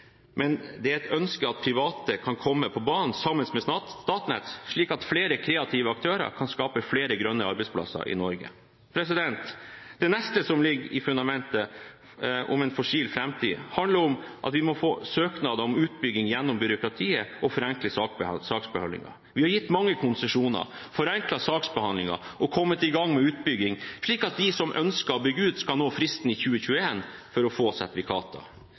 men det er et ønske at private kan komme på banen sammen med Statnett, slik at flere kreative aktører kan skape flere grønne arbeidsplasser i Norge. Det neste som ligger i fundamentet om en fornybar framtid, handler om at vi må få søknader om utbygginger gjennom byråkratiet og forenkle saksbehandlingen. Vi har gitt mange konsesjoner, forenklet saksbehandlingen og kommet i gang med utbygging, slik at de som ønsker å bygge ut, skal nå fristen i 2021 for å få sertifikater.